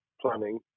planning